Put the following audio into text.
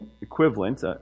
equivalent